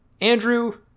Andrew